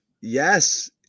Yes